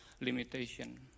limitation